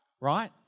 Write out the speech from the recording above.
right